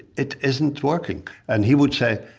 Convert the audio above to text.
it isn't working. and he would say,